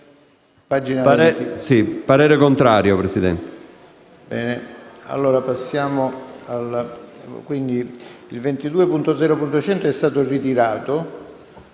22.0.100 è stato ritirato.